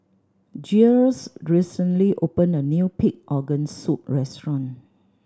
Giles recently opened a new pig organ soup restaurant